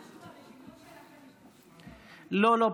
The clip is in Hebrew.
משהו ברשימות שלכם, לא, לא.